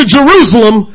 Jerusalem